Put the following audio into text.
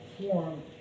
form